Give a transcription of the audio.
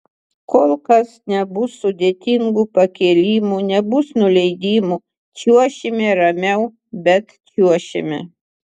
kol kas nebus sudėtingų pakėlimų nebus nuleidimų čiuošime ramiau bet čiuošime